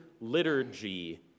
liturgy